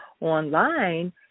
online